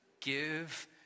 Give